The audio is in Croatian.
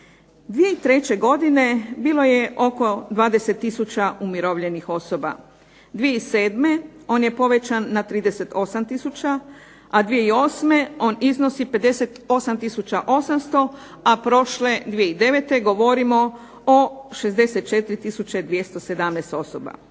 2003. godine bilo je oko 20 tisuća umirovljenih osoba, 2007. on je povećan na 38 tisuća, a 2008. on iznosi 58 tisuća 800, a prošle 2009. govorimo o 64 tisuće 217 osoba.